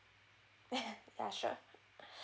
yeah sure